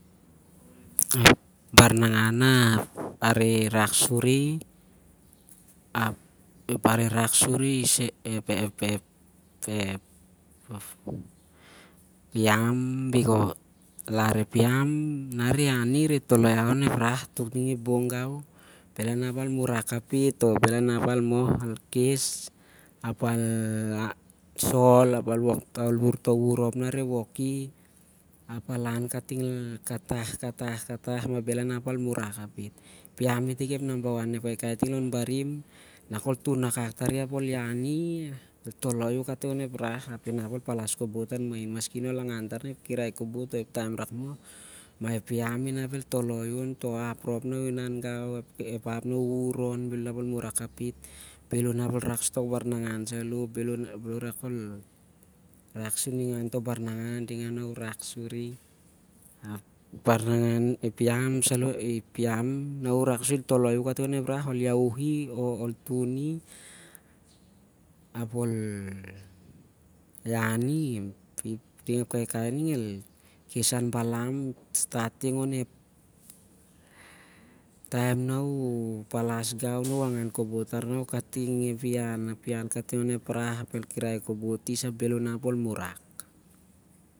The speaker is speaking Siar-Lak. Ep barnangan na reh rak suri ep- yam, larep yam, di iani ireh toloi iau kating onep rah tuk tnging ibong gau. Bhel anap al murak kapit o- ool- khes al sol, al wuvur toh wuvur rop nah areh woki kating, katah, katah mah bhel anap al murak kapit. Yam itik ep nambawan in- ep kaikai ting lon barim. Nah ku- ian- tari. ol palas kobot mahin. Mah ep yam, inap el toloi u- ting na u- inan kagau. Nah khol iahw akak tari ap adingau ap ol iani kating onep kirai meteiek ap bhel ol unurak